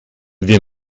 wir